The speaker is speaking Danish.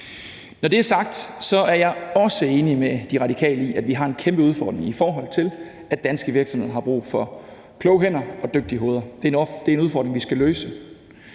Når det er sagt, er jeg også enig med De Radikale i, at vi har en kæmpe udfordring, i forhold til at danske virksomheder har brug for kloge hænder og dygtige hoveder. Det er en udfordring, vi skal løse.